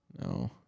No